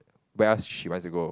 where else she wants to go